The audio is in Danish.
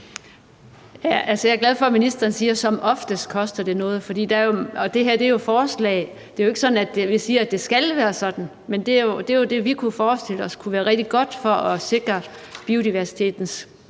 Jeg er glad for, at ministeren siger, at det som oftest koster noget. Og det her er jo forslag. Det er jo ikke sådan, at vi siger, at det skal være sådan, men det var det, vi kunne forestille os kunne være rigtig godt for at sikre den